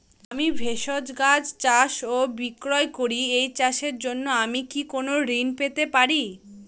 আমি ভেষজ গাছ চাষ ও বিক্রয় করি এই চাষের জন্য আমি কি কোন ঋণ পেতে পারি?